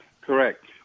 correct